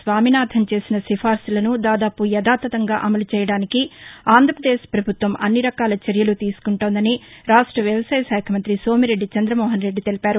స్వామినాథన్ చేసిన సిఫారసులను దాదాపు యధాతథంగా అమలు చేయడానికి ఆంధ్రప్రదేశ్ ప్రభుత్వం అన్నిరకాల చర్యలు తీసుకుంటోందని రాష్ట వ్యవసాయ శాఖ మంత్రి సోమిరెడ్డి చంద్రమోహనరెడ్డి తెలిపారు